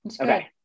Okay